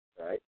right